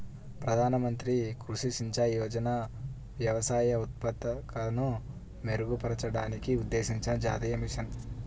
ప్రధాన మంత్రి కృషి సించాయ్ యోజన వ్యవసాయ ఉత్పాదకతను మెరుగుపరచడానికి ఉద్దేశించిన జాతీయ మిషన్